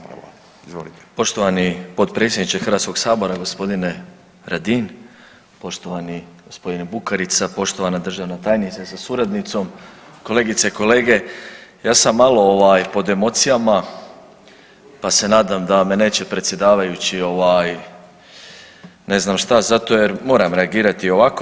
Poštovani potpredsjedniče Hrvatskoga sabora gospodine Radin, poštovani gospodine Bukarica, poštovana državna tajnice sa suradnicom, kolegice i kolege ja sam malo ovaj pod emocijama pa se nadam da me neće predsjedavajući ovaj ne znam šta zato jer moram reagirati ovako.